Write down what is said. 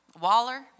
waller